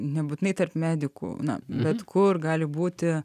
nebūtinai tarp medikų na bet kur gali būti